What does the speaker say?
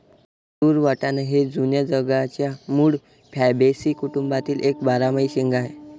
तूर वाटाणा हे जुन्या जगाच्या मूळ फॅबॅसी कुटुंबातील एक बारमाही शेंगा आहे